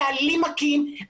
בעלים מכים,